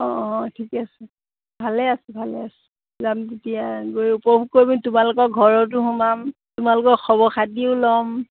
অঁ অঁ ঠিকে আছে ভালে আছো ভালে আছো আমি তেতিয়া গৈ উপভোগ কৰিব পিনি তোমালোকৰ ঘৰতো সোমাম তোমালোকৰ খবৰ খাতিও ল'ম